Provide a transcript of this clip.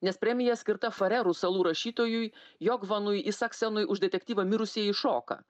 nes premija skirta farerų salų rašytojui jogvanui isaksenui už detektyvą mirusieji šoka